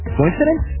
Coincidence